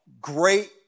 great